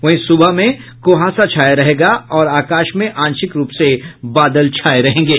वहीं सुबह में कुहासा छाया रहेगा और आकाश में आंशिक रूप से बादल छाये रहेंगे